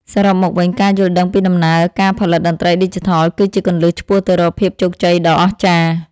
សរុបមកវិញការយល់ដឹងពីដំណើរការផលិតតន្ត្រីឌីជីថលគឺជាគន្លឹះឆ្ពោះទៅរកភាពជោគជ័យដ៏អស្ចារ្យ។